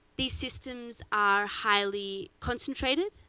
these systems are highly concentrated.